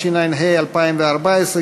התשע"ה 2014,